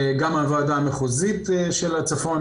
גם הוועדה המחוזית של הצפון,